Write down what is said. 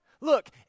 Look